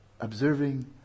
observing